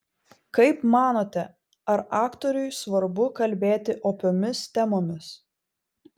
kaip manote ar aktoriui svarbu kalbėti opiomis temomis